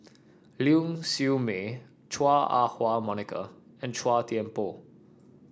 Ling Siew May Chua Ah Huwa Monica and Chua Thian Poh